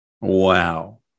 Wow